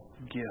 gift